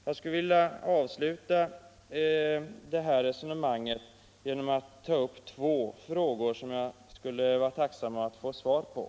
Jag skulle vilja avsluta det här resonemanget genom att ta upp två frågor, som jag skulle vara tacksam att få svar på.